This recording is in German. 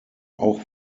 auch